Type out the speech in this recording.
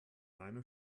einer